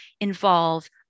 involve